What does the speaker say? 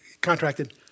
contracted